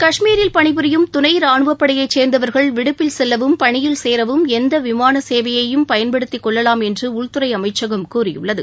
கஷ்மீரில் பணிபுரியும் துணை ராணுவப்படையை சேர்ந்தவர்கள் விடுப்பில் செல்லவும் பணியில் சேரவும் எந்த விமான சேவையையும் பயன்படுத்திக்கொள்ளலாம் என்று உள்துறை அமைச்சகம் கூறியுள்ளது